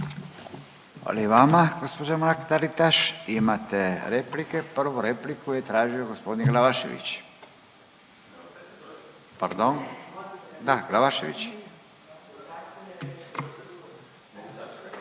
Hvala i vama gospođo Mrak Taritaš. Imate replike, prvu repliku je tražio gospodin Glavašević. Pardon, da Glavašević.